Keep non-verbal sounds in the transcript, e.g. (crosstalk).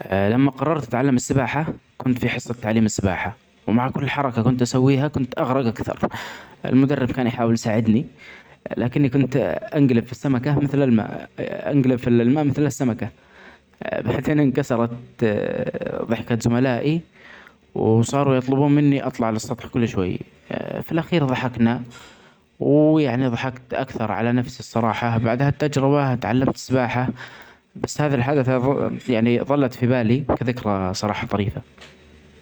لما (hesitation) قررت اتعلم السباحه كنت في حصه تعليم السباحه ومع كل حركه كنت اسويها كنت اغرق أكثر (laughs) المدرب كان يحاول يساعدني لكني كنت (hesitation) انقلب في السمكه مثل الماء (hesitation) انقلب في الماء مثل السمكه (laughs) بحس انكسرت (hesitation) ضحكت زملائي و (hesitation) صار فضول مني اطلع علي السطح كل شوي (hesitation) في الاخير ضحكنا و (hesitation) يعني ضحكت اكثر علي نفسي الصراحه بعدها التجربه اتعلمت السباحه بس هذا الحدث (hesitation) يعني ظلت في بالي كذكري صراحه ظريفه.